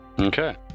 Okay